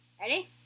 Ready